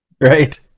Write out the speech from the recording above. Right